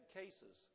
cases